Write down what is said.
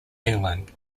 england